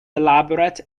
elaborate